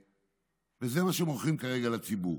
וזה מה שמוכרים כרגע לציבור.